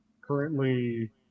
currently –